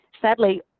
Sadly